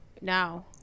now